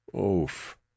oof